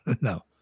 no